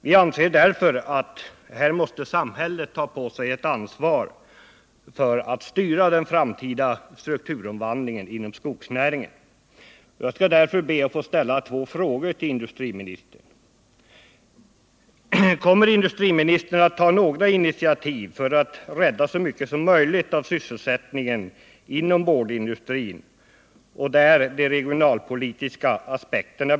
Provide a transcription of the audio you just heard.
Vi anser därför att samhället måste ta på sig ett ansvar för att styra den framtida strukturomvandlingen inom skogsnäringen. Jag skall därför först be att få ställa följande fråga till industriministern: Kommer industriministern att ta några initiativ för att rädda så mycket som möjligt av sysselsättningen inom boardindustrin, med samtidigt beaktande av de regionalpolitiska aspekterna?